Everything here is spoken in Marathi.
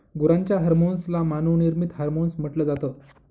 गुरांच्या हर्मोन्स ला मानव निर्मित हार्मोन्स म्हटल जात